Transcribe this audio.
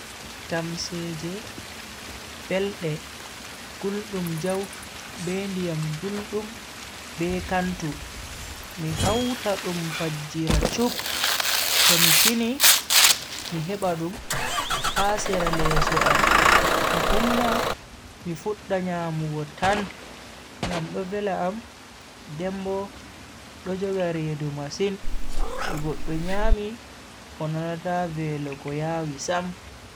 Tamseeje belde guldum jau be ndiyam guldum be kantu mi hauta dum fajjira chup tomi fini mi heba dum ha sera leso am mi umma mi fudda nyamugo tan ngam do vela am den bo do joga redu masin to goddo nyami o nanata velo ko yawi sam.